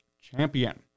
champion